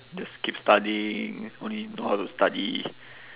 just keep studying only know how to study